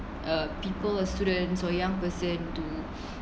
uh people or students or young person to